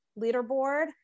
leaderboard